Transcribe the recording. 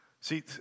See